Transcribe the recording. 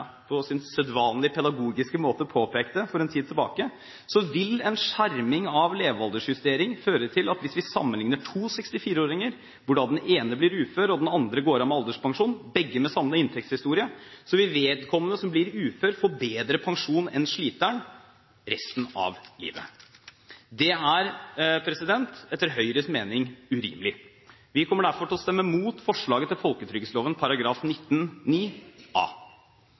på sin sedvanlige pedagogiske måte påpekte for en tid tilbake, vil en skjerming for levealdersjustering føre til at hvis vi sammenligner to 64-åringer, hvorav den ene blir ufør og den andre går av med alderspensjon – begge med samme inntektshistorie – vil vedkommende som blir ufør, få bedre pensjon enn sliteren resten av livet. Det er etter Høyres mening urimelig. Vi kommer derfor til å stemme imot forslaget til folketrygdlovens § 19-9 a.